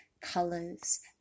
colors